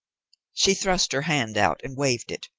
she thrust her hand out and waved it,